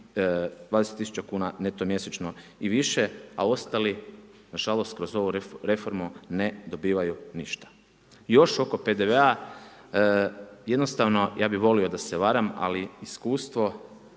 tisuća kuna neto mjesečno i više, a ostali nažalost, kroz ovu reformu ne dobivaju ništa. Još oko PDV-a, jednostavno ja bih volio da se varam, ali iskustvo